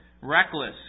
reckless